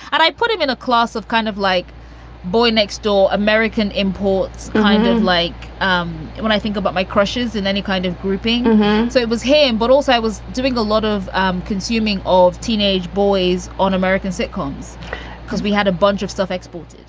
and i put him in a class of kind of like boy next door american imports, kind of like um when i think about my crushes and any kind of grouping. so it was him. but also i was doing a lot of um consuming all teenage boys on american sitcoms because we had a bunch of stuff export